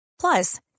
Plus